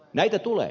näitä tulee